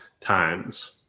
times